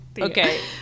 Okay